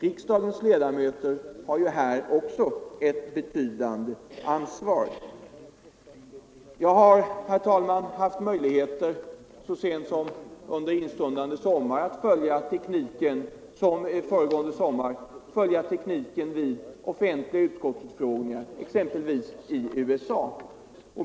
Jag har, herr talman, haft möjlighet att så sent som i somras följa tekniken vid offentliga utskottsutfrågningar i USA.